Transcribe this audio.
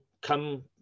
come